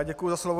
Děkuji za slovo.